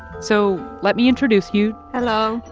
so let me introduce you. hello.